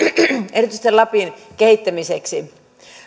erityisesti lapin kehittämiseksi